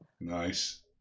Nice